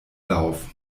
lauf